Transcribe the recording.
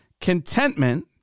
Contentment